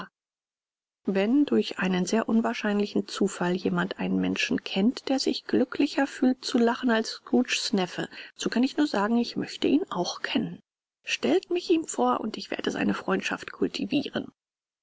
wenn durch einen sehr unwahrscheinlichen zufall jemand einen menschen kennt der sich glücklicher fühlt zu lachen als scrooges neffe so kann ich nur sagen ich möchte ihn auch kennen stellt mich ihm vor und ich werde seine freundschaft kultivieren